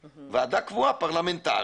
פרלמנטרית,